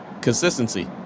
Consistency